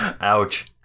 Ouch